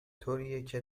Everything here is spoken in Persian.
طوریکه